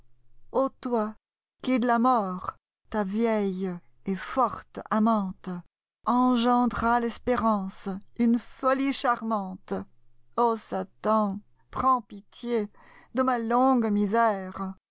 ô toi qui de la mort ta vieille et forte amante engendras tespérance une folie charmante o satan prends pitié de ma longue misère